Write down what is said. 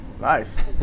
Nice